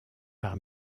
par